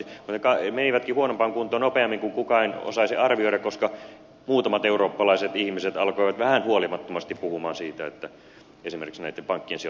mutta ne menivätkin huonompaan kuntoon nopeammin kuin kukaan osasi arvioida koska muutamat eurooppalaiset ihmiset alkoivat vähän huolimattomasti puhua siitä että esimerkiksi näitten pankkien sijoittajat häviävät rahoja nyt tässä hetkessä